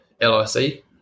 LIC